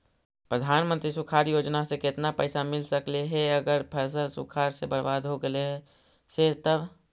प्रधानमंत्री सुखाड़ योजना से केतना पैसा मिल सकले हे अगर फसल सुखाड़ से बर्बाद हो गेले से तब?